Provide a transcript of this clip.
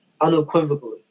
unequivocally